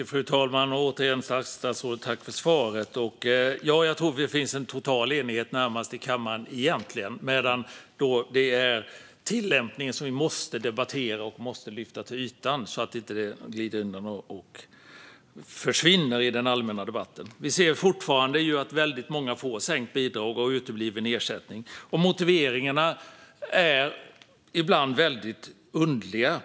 Fru talman! Tack återigen för svaret, statsrådet! Jag tror att det egentligen finns en närmast total enighet i kammaren, men vi måste debattera och lyfta upp tillämpningen till ytan så att den inte glider undan och försvinner i den allmänna debatten. Vi ser fortfarande att många får sänkt bidrag och utebliven ersättning, och motiveringarna är ibland väldigt underliga.